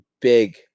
big